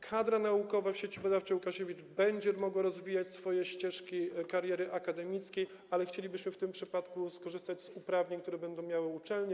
Kadra naukowa w Sieci Badawczej Łukasiewicz będzie mogła rozwijać swoje ścieżki kariery akademickiej, ale chcielibyśmy w tym przypadku skorzystać z uprawnień, które będą miały uczelnie.